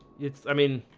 it's i mean,